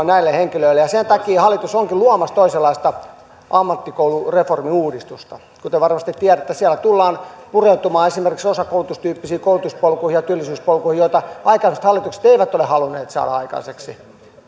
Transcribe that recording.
näille henkilöille ja sen takia hallitus onkin luomassa toisenlaista ammattikoulureformia uudistusta kuten varmasti tiedätte siellä tullaan pureutumaan esimerkiksi osakoulutustyyppisiin koulutuspolkuihin ja työllisyyspolkuihin joita aikaisemmat hallitukset eivät ole halunneet saada aikaiseksi